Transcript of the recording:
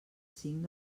cinc